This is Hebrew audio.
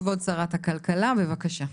כבוד שרת הכלכלה, בבקשה.